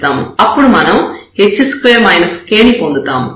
అప్పుడు మనం ని పొందుతాము